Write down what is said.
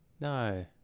No